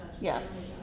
Yes